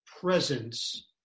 presence